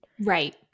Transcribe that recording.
Right